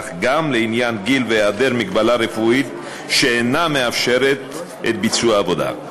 אך גם לעניין גיל והיעדר מגבלה רפואית שאינה מאפשרת את ביצוע העבודה.